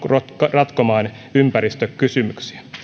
ratkomaan ympäristökysymyksiä